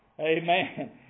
Amen